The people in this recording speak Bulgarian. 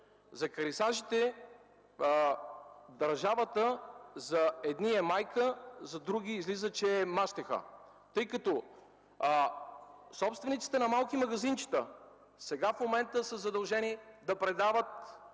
на екарисажите. Държавата за едни е майка, а за други излиза, че е мащеха, тъй като собствениците на малки магазинчета сега в момента са задължени да предават